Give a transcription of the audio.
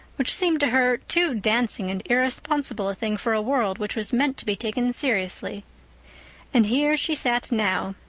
which seemed to her too dancing and irresponsible a thing for a world which was meant to be taken seriously and here she sat now,